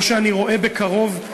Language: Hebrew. לא שאני רואה בקרוב,